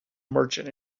merchant